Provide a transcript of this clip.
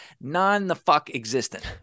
non-the-fuck-existent